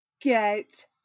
Get